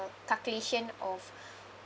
calculation of